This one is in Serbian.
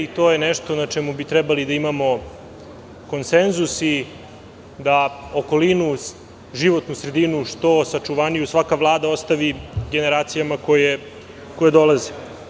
To je nešto na čemu bi trebalo da imamo konsenzus i da okolinu, životnu sredinu što sačuvaniju svaka vlada ostavi generacijama koje dolaze.